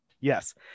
Yes